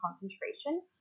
concentration